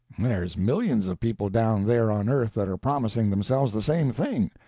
there's millions of people down there on earth that are promising themselves the same thing.